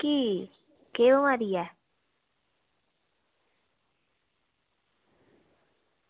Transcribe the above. कीऽ केह् बमारी ऐ